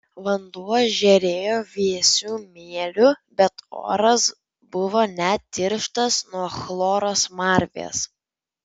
vanduo žėrėjo vėsiu mėliu bet oras buvo net tirštas nuo chloro smarvės